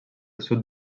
sud